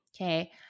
okay